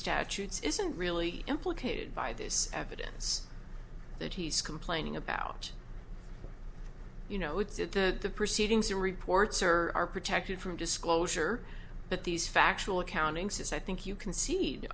statutes isn't really implicated by this evidence that he's complaining about you know it's at that the proceedings the reports are are protected from disclosure but these factual accounting since i think you can see